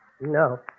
No